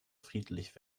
friedlich